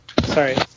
sorry